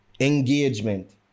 engagement